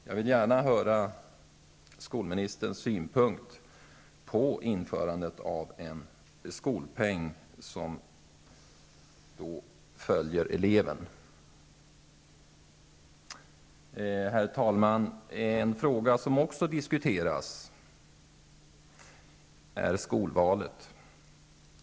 Jag vill gärna höra skolministerns synpunkt på införandet av en skolpeng som följer eleven. Herr talman! En fråga som också diskuteras är skolvalet.